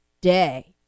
day